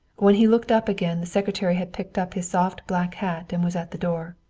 when he looked up again the secretary had picked up his soft black hat and was at the door.